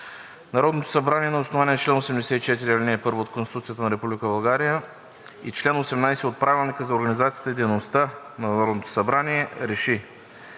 Народното събрание на основание чл. 84, ал. 1 от Конституцията на Република България и чл. 18 от Правилника за организацията и дейността на Народното събрание РЕШИ: